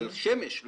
על שמש,